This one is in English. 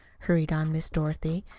hurried on miss dorothy,